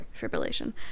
fibrillation